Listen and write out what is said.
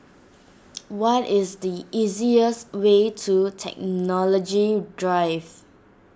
what is the easiest way to Technology Drive